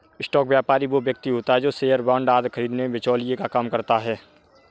stock व्यापारी वो व्यक्ति होता है जो शेयर बांड आदि खरीदने में बिचौलिए का काम करता है